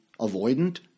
avoidant